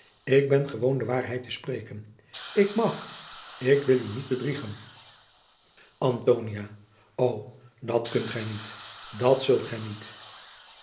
ik ben gewoon de waarheid te spreken ik mag ik wil u niet bedriegen antonia o dat kunt gij niet dat zult gij niet